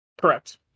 correct